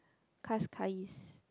Cascais